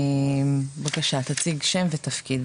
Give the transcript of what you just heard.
בבקשה, תציג שם ותפקיד.